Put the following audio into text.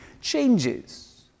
changes